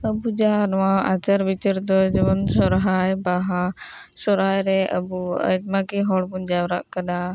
ᱟᱵᱚ ᱡᱟ ᱱᱚᱣᱟ ᱟᱪᱟᱨ ᱵᱤᱪᱟᱹᱨ ᱫᱚ ᱡᱮᱢᱚᱱ ᱥᱚᱦᱨᱟᱭ ᱵᱟᱦᱟ ᱥᱚᱦᱨᱟᱭ ᱨᱮ ᱟᱵᱚ ᱟᱭᱢᱟ ᱜᱮ ᱦᱚᱲ ᱵᱚᱱ ᱡᱟᱣᱨᱟᱜ ᱠᱟᱱᱟ